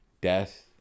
death